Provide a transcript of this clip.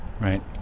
right